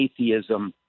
atheism